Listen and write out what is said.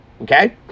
Okay